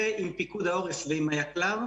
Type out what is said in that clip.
ועם פיקוד העורף ועם יקל"ר,